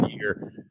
year